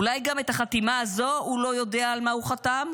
אולי גם בחתימה הזו הוא לא יודע על מה הוא חתם,